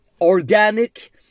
organic